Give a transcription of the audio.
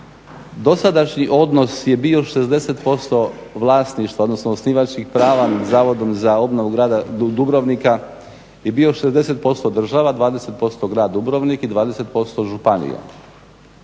dosadašnji odnos je bio 60% vlasništva odnosno osnivačkih prava Zavodom za obnovu grada Dubrovnika i bio 60% država 20% grad Dubrovnik i 20% županija